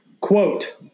quote